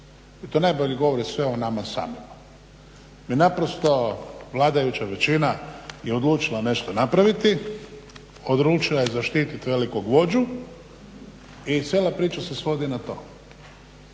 I to najbolje govori sve o nama samima. Mi naprosto, vladajuća većina je odlučila nešto napraviti, odlučila je zaštititi velikog vođu i cijela priča se svoi na to.